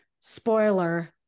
Spoiler